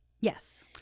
Yes